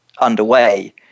underway